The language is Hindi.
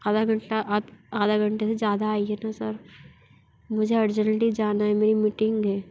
आधा घंटा आप आधा घंटा से ज़्यादा आइए ना सर मुझे अर्जेंटली जाना है मेरी मीटिंग है